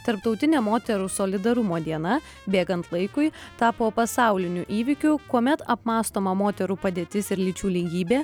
tarptautinė moterų solidarumo diena bėgant laikui tapo pasauliniu įvykiu kuomet apmąstoma moterų padėtis ir lyčių lygybė